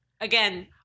Again